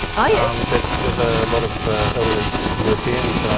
ah um there's there's a lot of elderly europeans,